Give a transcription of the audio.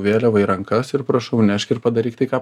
vėliava į rankas ir prašau nešk ir padaryk tai ką